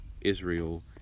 Israel